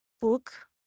book